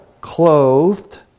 clothed